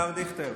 השר דיכטר,